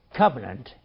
covenant